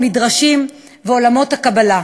המדרשים ועולמות הקבלה.